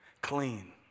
clean